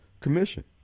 commission